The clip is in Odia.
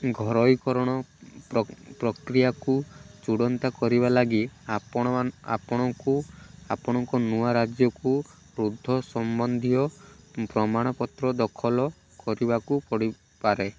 ଘରୋଇକରଣ ପ୍ରକ୍ରିୟାକୁ ଚୂଡ଼ାନ୍ତ କରିବା ଲାଗି ଆପଣମାନ ଆପଣଙ୍କୁ ଆପଣଙ୍କ ନୂଆ ରାଜ୍ୟକୁ ରଦ୍ଦ ସମ୍ବନ୍ଧୀୟ ପ୍ରମାଣପତ୍ର ଦାଖଲ କରିବାକୁ ପଡ଼ିପାରେ